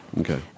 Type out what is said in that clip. Okay